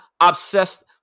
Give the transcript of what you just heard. obsessed